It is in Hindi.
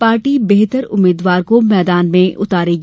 पार्टी बेहतर उम्मीद्वार को मैदान में उतारेगी